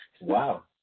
Wow